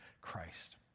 Christ